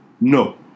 No